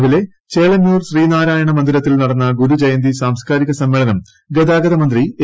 രാവിലെ ് ചേളന്നൂർ ശ്രീനാരായണ മന്ദിരത്തിൽ നടന്ന ഗുരുജയന്തി സ്രാംസ്കാരിക സമ്മേളനം ഗതാഗത മന്ത്രി എ